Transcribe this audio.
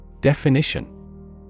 Definition